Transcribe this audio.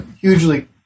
hugely